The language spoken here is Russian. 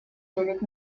девять